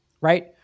right